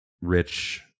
rich